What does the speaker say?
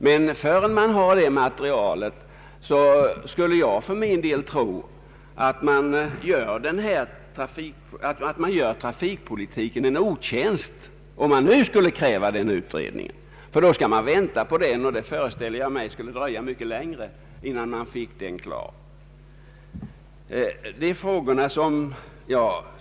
Jag för min del tror att man gör trafikpolitiken en otjänst om man skulle kräva en utredning innan det materialet finns tillgängligt. I så fall skulle vi bli tvungna att vänta på resultatet även av den utredningen, och jag föreställer mig att det skulle dra ut länge på tiden innan den blev klar.